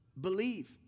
believe